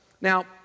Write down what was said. Now